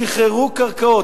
שחררו קרקעות.